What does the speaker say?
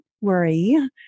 worry